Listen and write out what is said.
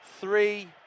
three